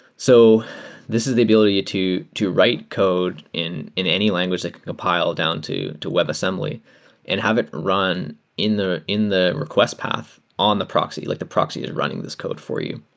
so this is the ability to to write code in in any language that can compile down to to web assembly and have it run in the in the request path on the proxy. like the proxy is running this code for you.